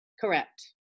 Correct